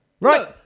Right